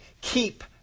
keep